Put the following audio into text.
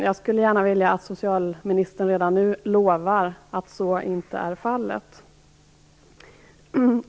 Jag skulle gärna vilja att socialministern redan nu lovar att så inte är fallet.